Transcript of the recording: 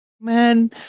Man